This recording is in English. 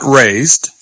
raised